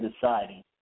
deciding